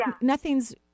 nothing's